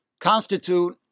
constitute